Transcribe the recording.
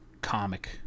comic